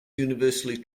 universally